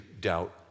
doubt